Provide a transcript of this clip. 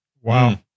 Wow